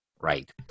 Right